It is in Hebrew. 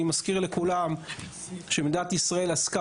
אני מזכיר לכולם שמדינת ישראל עסקה